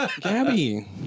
Gabby